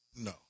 No